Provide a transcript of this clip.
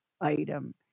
item